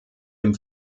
dem